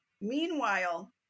Meanwhile